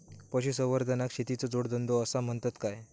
पशुसंवर्धनाक शेतीचो जोडधंदो आसा म्हणतत काय?